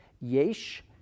yesh